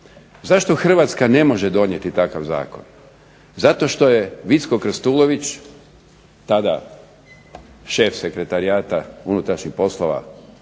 Zašto HRvatska ne može donijeti takav zakon? Zato što je Vicko Krstulović tada šef Sekretarijata unutrašnjih poslova